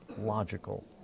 logical